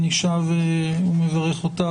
אני שב ומברך אותך,